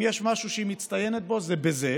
אם יש משהו שהיא מצטיינת בו זה בזה,